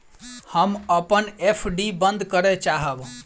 हम अपन एफ.डी बंद करय चाहब